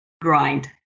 grind